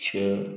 छः